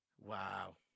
Wow